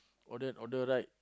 older and older right